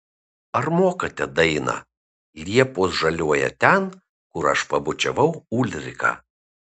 ar mokate dainą liepos žaliuoja ten kur aš pabučiavau ulriką